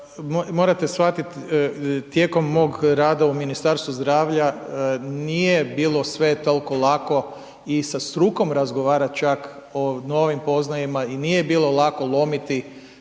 morate shvatiti tijekom mog rada u Ministarstvu zdravlja nije bilo sve tolko lako i sa strukom razgovarat čak o novim poznajama i nje bilo lako lomiti